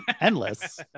endless